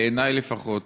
בעיני לפחות,